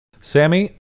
Sammy